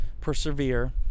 persevere